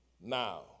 Now